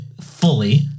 fully